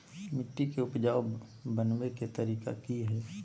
मिट्टी के उपजाऊ बनबे के तरिका की हेय?